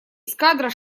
эскадра